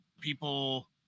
people